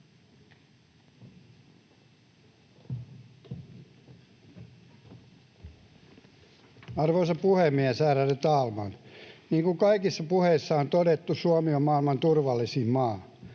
Arvoisa puhemies, ärade talman! Niin kuin kaikissa puheissa on todettu, Suomi on maailman turvallisin maa.